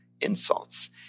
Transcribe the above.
insults